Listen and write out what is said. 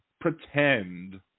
pretend